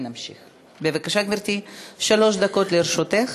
בבקשה, גברתי, שלוש דקות לרשותך.